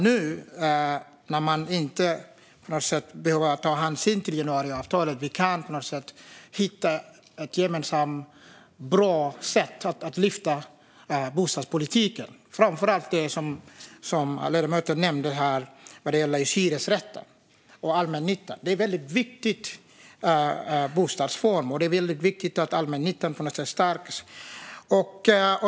Nu när ni inte längre behöver ta hänsyn till januariavtalet hoppas jag att vi gemensamt kan hitta ett bra sätt att lyfta upp bostadspolitiken, framför allt hyresrätterna och allmännyttan. Det är en viktig bostadsform, och det är viktigt att allmännyttan stärks.